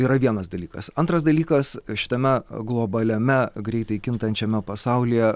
yra vienas dalykas antras dalykas šitame globaliame greitai kintančiame pasaulyje